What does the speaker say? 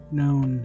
known